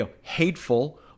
hateful